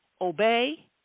obey